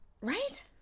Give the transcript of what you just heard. Right